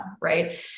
Right